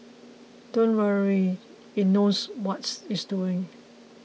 don't worry it knows what's it's doing